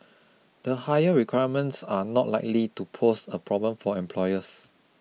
the higher requirements are not likely to pose a problem for employers